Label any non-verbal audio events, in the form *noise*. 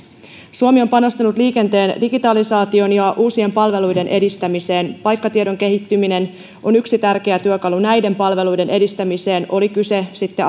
suomi on panostanut liikenteen digitalisaatioon ja uusien palveluiden edistämiseen paikkatiedon kehittyminen on yksi tärkeä työkalu näiden palveluiden edistämisessä oli kyse sitten *unintelligible*